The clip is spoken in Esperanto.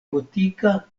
gotika